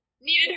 needed